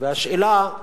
והשאלה,